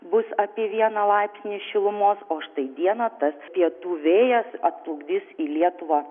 bus apie vieną laipsnį šilumos o štai dieną tas pietų vėjas atplukdys į lietuvą